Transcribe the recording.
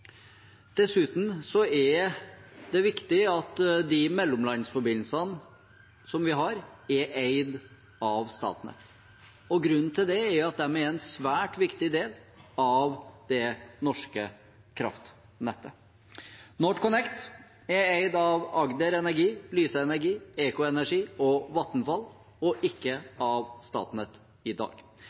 er det viktig at de mellomlandsforbindelsene som vi har, er eid av Statnett. Grunnen til det er at de er en svært viktig del av det norske kraftnettet. NorthConnect er eid av Agder Energi, Lyse, E-CO Energi og Vattenfall – og ikke av Statnett i dag.